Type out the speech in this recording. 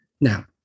Now